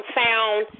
found